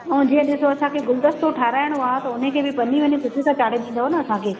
ऐं जीअं ॾिसो असांखे गुलदस्तो ठारिहाइणो आहे त हुनखे बि पनी वनी सुठे सां चाढ़े ॾींदो न असांखे